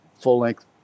full-length—